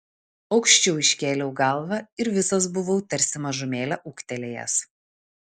aukščiau iškėliau galvą ir visas buvau tarsi mažumėlę ūgtelėjęs